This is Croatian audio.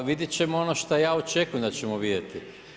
Pa vidjeti ćemo ono šta ja očekujem da ćemo vidjeti.